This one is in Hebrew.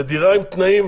ודירה עם תנאים